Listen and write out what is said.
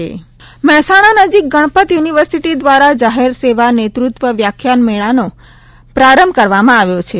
public leadership Mehsana નજીક Ganpat university દ્વારા જાહેર સેવા નેતૃત્વ વ્યાખ્યાન માળાનો પ્રારંભ કરવામાં આવ્યો છે